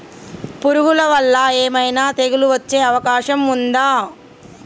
పురుగుల వల్ల ఏమైనా తెగులు వచ్చే అవకాశం ఉందా?